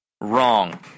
wrong